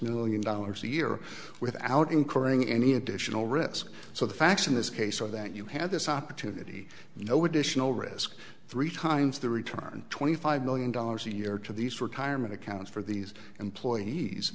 million dollars a year without incurring any additional risk so the facts in this case are that you have this opportunity you know additional risk three times the return twenty five million dollars a year to these retirement accounts for these employees